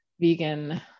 vegan